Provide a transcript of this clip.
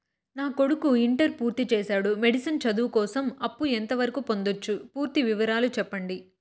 నా కొడుకు ఇంటర్ పూర్తి చేసాడు, మెడిసిన్ చదువు కోసం అప్పు ఎంత వరకు పొందొచ్చు? పూర్తి వివరాలు సెప్పండీ?